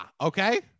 Okay